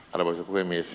arvoisa puhemies